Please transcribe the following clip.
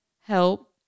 help